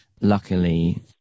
Luckily